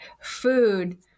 food